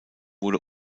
wurde